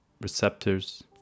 receptors